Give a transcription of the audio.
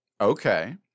Okay